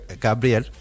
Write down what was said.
Gabriel